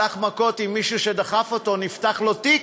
הלך מכות עם מישהו שדחף אותו ונפתח לו תיק,